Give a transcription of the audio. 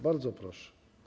Bardzo proszę.